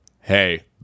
Hey